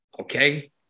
Okay